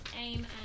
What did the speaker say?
aim